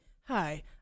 Hi